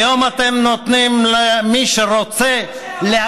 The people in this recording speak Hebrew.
היום אתם נותנים למי שרוצה, משה, אתם לא מוכנים.